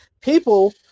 people